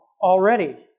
already